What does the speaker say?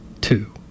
two